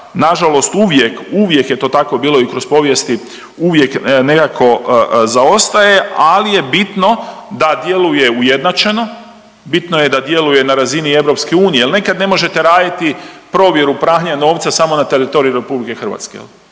nažalost uvijek, uvijek je to tako bilo i kroz povijesti, uvijek nekako zaostaje, ali je bitno da djeluje ujednačeno, bitno je da djeluje na razini EU jer nekad ne možete raditi provjeru pranja novca samo na teritoriju RH. Uvijek